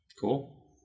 Cool